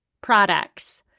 products